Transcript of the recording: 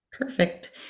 Perfect